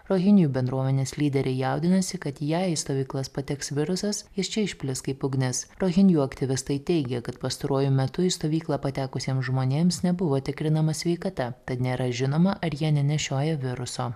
rohinijų bendruomenės lyderiai jaudinasi kad jei į stovyklas pateks virusas jis čia išplis kaip ugnis rohinijų aktyvistai teigia kad pastaruoju metu į stovyklą patekusiems žmonėms nebuvo tikrinama sveikata tad nėra žinoma ar jie nenešioja viruso